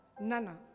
Nana